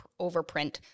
overprint